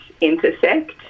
intersect